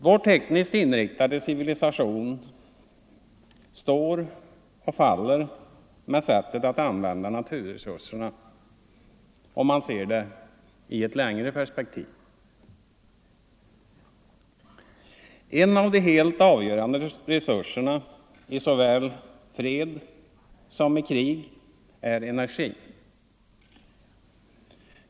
Vår tekniskt inriktade civilisation står och faller med sättet att använda — Allmänpolitisk naturresurserna, om man ser det i ett längre perspektiv. En av de helt debatt avgörande resurserna, i såväl fred som krig, är energin.